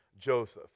Joseph